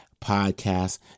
podcast